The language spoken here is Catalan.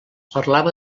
parlava